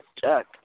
Jack